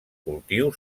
cultiu